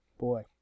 Boy